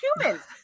humans